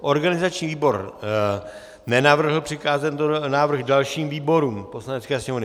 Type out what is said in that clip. Organizační výbor nenavrhl přikázat tento návrh dalším výborům Poslanecké sněmovny.